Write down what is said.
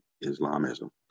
Islamism